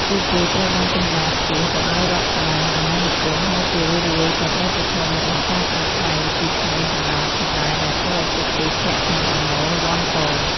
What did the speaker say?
ពួកគេត្រូវបង់ពន្ធដារខ្ពស់ទៅឱ្យរដ្ឋបាលអាណានិគម ហើយជារឿយៗក៏ត្រូវប្រឈមមុខនឹងការប្រាក់ថ្លៃពីឈ្មួញកណ្ដាលផងដែរ ដែលធ្វើឱ្យពួកគេធ្លាក់ក្នុងបំណុលវ័ណ្ឌក។